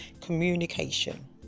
communication